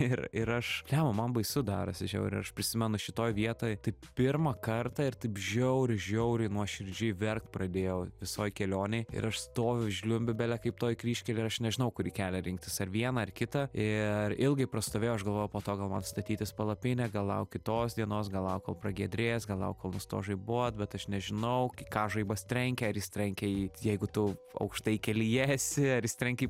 ir ir aš blemba man baisu darosi žiauriai ir aš prisimenu šitoj vietoj taip pirmą kartą ir taip žiauriai žiauriai nuoširdžiai verkt pradėjau visoj kelionėj ir aš stoviu žliumbiu bele kaip toj kryžkelėj ir aš nežinau kurį kelią rinktis ar vieną ar kitą ir ilgai prastovėjau aš galvojau po to gal man statytis palapinę gal laukt kitos dienos gal laukt kol pragiedrės gal laukt kol nustos žaibuot bet aš nežinau ką žaibas trenkia ar jis trenkia į jeigu tu aukštai kelyje esi ar jis trenkia į